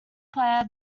player